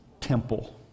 temple